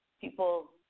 people